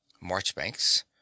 Marchbanks